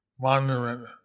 monument